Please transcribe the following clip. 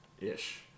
ish